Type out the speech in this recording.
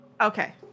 Okay